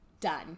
done